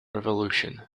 revolution